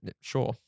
sure